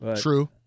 True